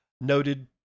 noted